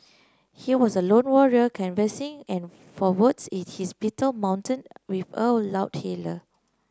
he was a lone warrior canvassing for votes in his Beetle mounted with a loudhailer